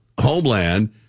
Homeland